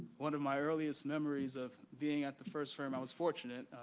one of my earliest memories of being at the first firm, i was fortunate,